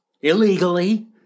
illegally